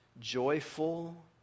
joyful